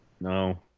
No